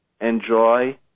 enjoy